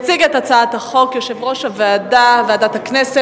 יציג את הצעת החוק יושב-ראש ועדת הכנסת,